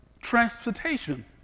transportation